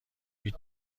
هیچ